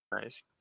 Nice